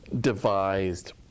devised